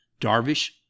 Darvish